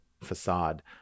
facade